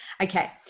Okay